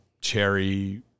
cherry